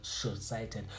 short-sighted